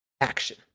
action